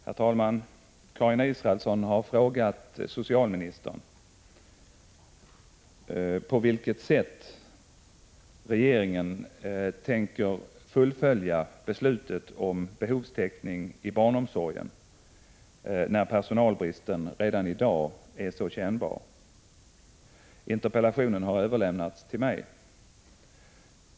Herr talman! Karin Israelsson har frågat socialministern på vilket sätt regeringen tänker fullfölja beslutet om behovstäckning i barnomsorgen när personalbristen redan i dag är så kännbar. Interpellationen har överlämnats till mig.